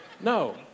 No